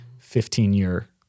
15-year